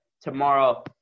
tomorrow